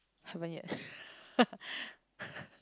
haven't yet